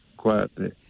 quietly